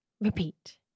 repeat